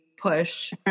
push